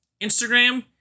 Instagram